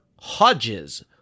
Hodges